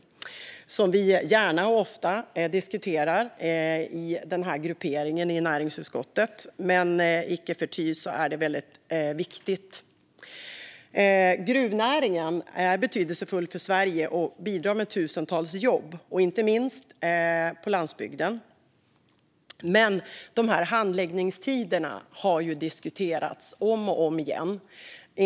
Det är ett ämne som vi gärna och ofta diskuterar i den här grupperingen i näringsutskottet, men icke förty är det viktigt. Gruvnäringen är betydelsefull för Sverige och bidrar med tusentals jobb, inte minst på landsbygden. Men handläggningstiderna har diskuterats om och om igen.